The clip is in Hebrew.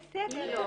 בסדר,